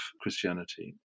Christianity